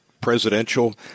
presidential